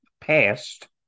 past